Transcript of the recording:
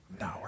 No